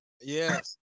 Yes